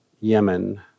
Yemen